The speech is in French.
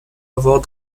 avoir